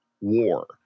war